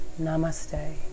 Namaste